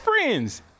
friends